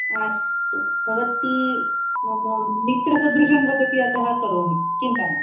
अस्तु भवती मम मित्रसदृशं भवति अतः करोमि चिन्ता मास्तु